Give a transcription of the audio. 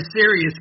serious